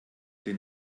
den